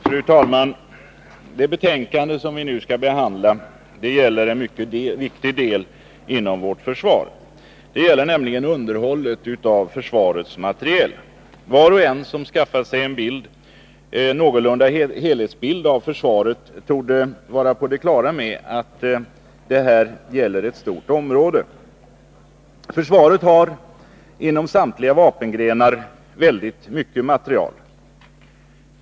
Fru talman! Det betänkande som vi nu skall behandla gäller en mycket viktig del inom vårt försvar. Det gäller nämligen underhållet av försvarets materiel. Var och en som skaffat sig en någorlunda helhetsbild av försvaret torde vara på det klara med att det gäller ett stort område. Försvaret har — inom samtliga vapengrenar — väldigt mycket materiel.